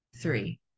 three